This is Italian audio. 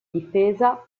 difesa